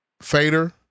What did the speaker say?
Fader